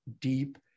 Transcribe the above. deep